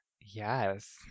Yes